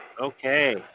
Okay